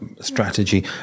strategy